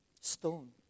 stone